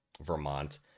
Vermont